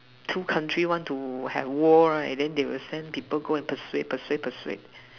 two country want to have war right then they will send someone to persuade persuade persuade